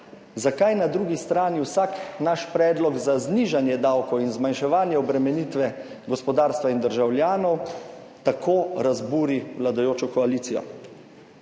zakaj na drugi strani vsak naš predlog za znižanje davkov in zmanjševanje obremenitve gospodarstva in državljanov tako razburi vladajočo koalicijo?